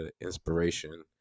inspiration